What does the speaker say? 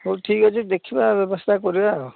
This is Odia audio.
ହଉ ଠିକ୍ ଅଛି ଦେଖିବା ବ୍ୟବସ୍ଥା କରିବା ଆଉ